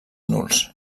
nuls